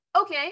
okay